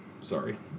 Sorry